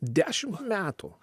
dešimt metų